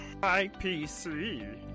IPC